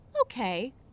okay